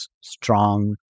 strong